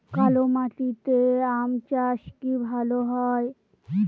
কালো মাটিতে আম চাষ কি ভালো হয়?